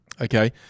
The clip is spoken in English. okay